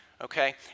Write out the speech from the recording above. okay